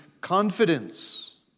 confidence